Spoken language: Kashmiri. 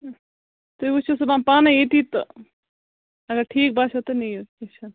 تُہۍ وُچھِو صُبحن پانَے ییٚتی تہٕ اگر ٹھیٖک باسٮ۪و تہٕ نِیِو کیٚنٛہہ چھُنہٕ